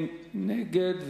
מי נגד?